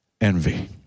Envy